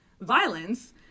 violence